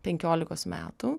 penkiolikos metų